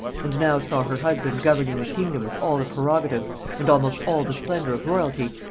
and now saw her husband governing the kingdom with all the prerogatives and almost all the splendor of royalty,